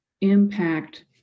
impact